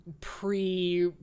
pre-